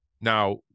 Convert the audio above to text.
Now